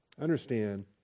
Understand